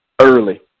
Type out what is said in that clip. Early